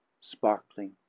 sparkling